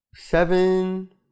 Seven